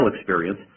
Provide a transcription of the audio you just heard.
experience